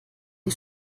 die